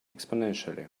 exponentially